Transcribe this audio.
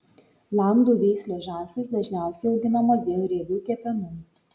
landų veislės žąsys dažniausiai auginamos dėl riebių kepenų